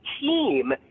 team